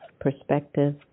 perspective